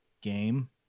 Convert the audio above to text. game